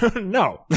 No